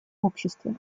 обществе